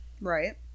Right